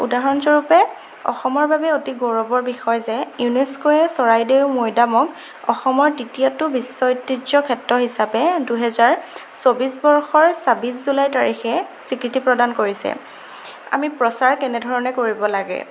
উদাহৰণস্বৰূপে অসমৰ বাবে অতি গৌৰৱৰ বিষয় যে ইউনিস্ক'য়ে চৰাইদেউ মৈদামক অসমৰ তৃতীয়টো বিশ্ব ঐতিহ্য ক্ষেত্ৰ হিচাপে দুহেজাৰ চৌবিছ বৰ্ষৰ ছাব্বিছ জুলাই তাৰিখে স্বীকৃতি প্ৰদান কৰিছে আমি প্ৰচাৰ কেনেধৰণে কৰিব লাগে